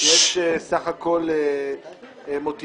שיש בסך הכול מוטיבציה